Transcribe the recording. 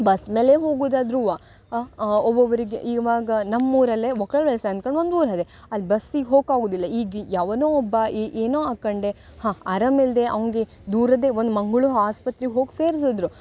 bus ಮೇಲೆ ಹೋಗುದಾದ್ರೂ ಒಬ್ಬೊಬ್ರಿಗೆ ಇವಾಗ ನಮ್ಮ ಊರಲ್ಲೇ ಒಕ್ಕಲ್ ಬೆಳಸೆ ಅನ್ಕಂಡು ಒಂದು ಊರು ಇದೆ ಅಲ್ಲಿ ಬಸ್ಸಿಗೆ ಹೋಕೆ ಆಗುವುದಿಲ್ಲ ಈಗ ಯಾವನೋ ಒಬ್ಬ ಏನೋ ಹಾಕೊಂಡೆ ಹಾಂ ಆರಾಮ ಇಲ್ಲದೆ ಅವ್ನಿಗೆ ದೂರದೆ ಒಂದು ಮಂಗಳು ಆಸ್ಪತ್ರೆ ಹೋಗಿ ಸೇರ್ಸದ್ರೆ